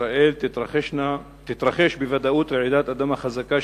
שבישראל תתרחש בוודאות רעידת אדמה חזקה,